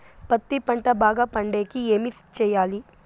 పత్తి పంట బాగా పండే కి ఏమి చెయ్యాలి?